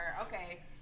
Okay